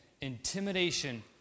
intimidation